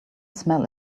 smell